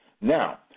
Now